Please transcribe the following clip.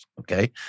Okay